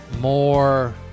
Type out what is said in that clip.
More